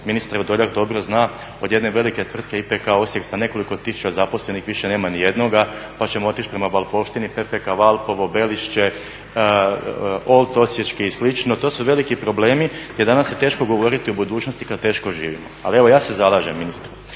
ministar Vrdoljak dobro zna od jedne velike tvrtke IPK Osijek sa nekoliko tisuća zaposlenih više nema nijednoga, pa ćemo otići prema Valpovštini PPK Valpovo, Belišće, OLT osječki i slično to su veliki problemi jer danas je teško govoriti o budućnosti kada teško živimo. Ali evo ja se zalažem gospodine